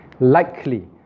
likely